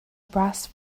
brass